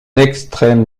extrême